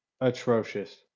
Atrocious